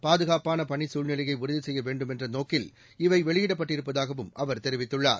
பாதுகாப்பானபணிசூழ்நிலையைஉறுதிசெய்யவேண்டுமென்றநோக்கில் இவை வெளியிடப்பட்டிருப்பதாகவும் அவர் தெரிவித்துள்ளார்